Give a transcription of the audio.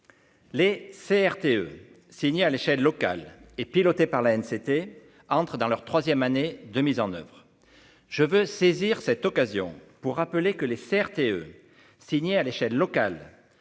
Les CRT signé à l'échelle locale et piloté par la haine, c'était entrent dans leur 3ème année de mise en oeuvre, je veux saisir cette occasion pour rappeler que les certes et signé à l'échelle locale